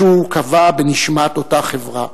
משהו כבה בנשמת אותה חברה.